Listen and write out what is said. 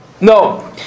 No